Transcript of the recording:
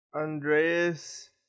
Andreas